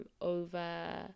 over